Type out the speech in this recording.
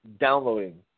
downloading